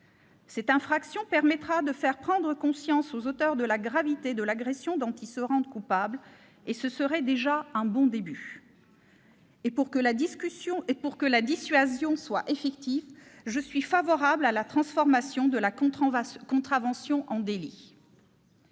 Cette infraction permettra de faire prendre conscience aux auteurs de la gravité de l'agression dont ils se rendent coupables, et ce serait déjà un bon début. Pour que la dissuasion soit effective, je suis favorable à la transformation de la contravention en délit.